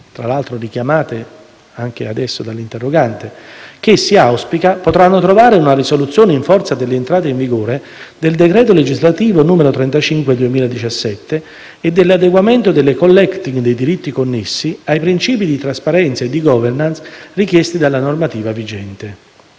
tra l'altro adesso richiamate dall'interrogante, che - si auspica - potranno trovare una risoluzione in forza dell'entrata in vigore del decreto legislativo n. 35 del 2017 e dell'adeguamento delle *collecting* dei diritti connessi ai principi di trasparenza e di *governance* richiesti dalla normativa vigente.